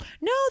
No